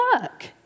work